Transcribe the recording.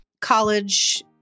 college